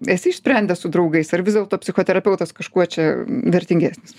esi išsprendęs su draugais ar vis dėlto psichoterapeutas kažkuo čia vertingesnis